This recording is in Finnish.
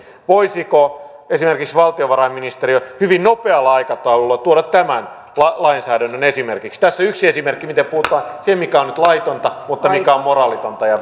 voisiko esimerkiksi valtiovarainministeriö hyvin nopealla aikataululla tuoda tämän lainsäädännön tässä yksi esimerkki miten puututaan siihen mikä on nyt laillista mutta mikä on moraalitonta ja